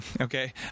okay